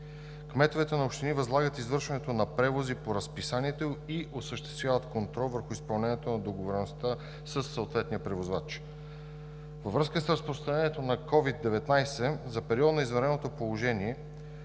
Кметовете на общини възлагат извършването на превози по разписанието им и осъществяват контрол върху изпълнението на договореността със съответния превозвач. Във връзка с разпространението на COVID-19 за периода на извънредното положение